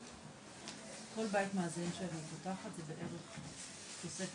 כל בית מאזן שאני פותחת זה בערך תוספת